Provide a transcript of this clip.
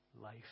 life